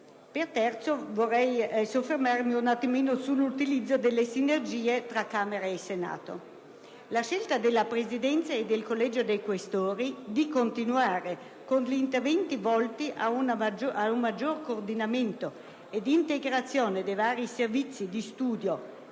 federale. Vorrei soffermarmi inoltre brevemente sull'utilizzo delle sinergie tra Camera e Senato. La scelta della Presidenza e del Collegio dei Questori di continuare con gli interventi volti a un maggior coordinamento ed integrazione dei vari servizi di studio,